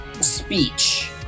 speech